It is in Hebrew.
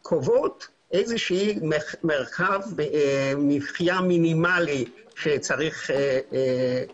שקובעות איזשהו מרחב מחיה מינימלי שצריך